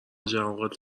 جواد